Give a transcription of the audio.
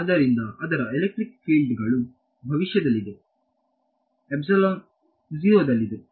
ಆದ್ದರಿಂದ ಅದರ ಎಲೆಕ್ಟ್ರಿಕ್ ಫೀಲ್ಡ್ವು ಭವಿಷ್ಯದಲ್ಲಿದೆ 0 ದಲ್ಲಿದೆ